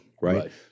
Right